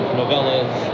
novellas